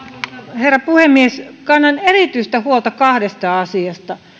herra puhemies kannan erityistä huolta kahdesta asiasta